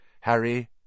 Harry